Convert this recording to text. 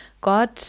Gott